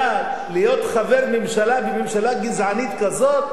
להיות חבר ממשלה בממשלה גזענית כזאת?